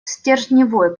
стержневой